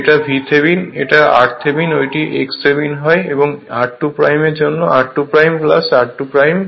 এটা VThevenin এটি r Thevenin ও এটি x থেভনিন এবং এই r2 এর জন্য r2 r21S 1 হবে